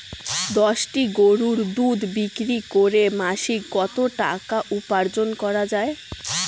দশটি গরুর দুধ বিক্রি করে মাসিক কত টাকা উপার্জন করা য়ায়?